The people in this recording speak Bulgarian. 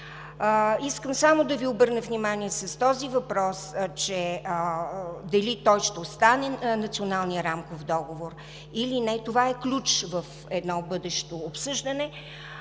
Искам само да Ви обърна внимание, че с този въпрос дали ще остане Националният рамков договор или не – това е ключ в едно бъдещо обсъждане.